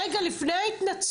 רגע, לפני ההתנצלות.